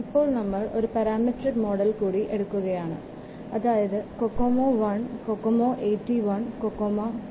ഇപ്പോൾ നമ്മൾ ഒരു പരാമെട്രിക് മോഡൽ കൂടി എടുക്കുകയാണ് അതായത് കൊക്കോമോ 1 കൊക്കോമോ 81 കൊക്കോമോ II